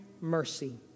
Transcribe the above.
Mercy